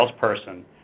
salesperson